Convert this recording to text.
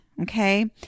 Okay